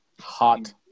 Hot